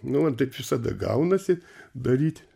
nu va taip visada gaunasi daryt